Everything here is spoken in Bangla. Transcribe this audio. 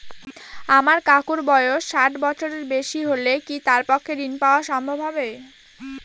আমার কাকুর বয়স ষাট বছরের বেশি হলে কি তার পক্ষে ঋণ পাওয়া সম্ভব হবে?